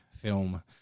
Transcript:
film